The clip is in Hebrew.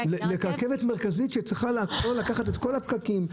לרכבת מרכזית שצריכה לקחת את כל הפקקים.